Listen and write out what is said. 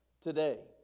today